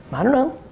i don't know,